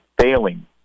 failing